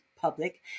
public